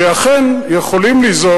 הוא שאכן יכולים ליזום,